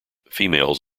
females